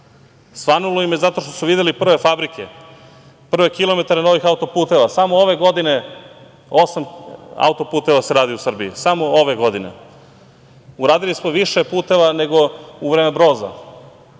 Svanulo im je zato što su videli prve fabrike, prve kilometre novih autoputeva. Samo ove godine osam autoputeva se radi u Srbiji, samo ove godine. Uradili smo više puteva nego u vreme Broza.